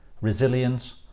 resilience